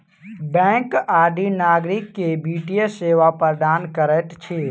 bank आदि नागरिक के वित्तीय सेवा प्रदान करैत अछि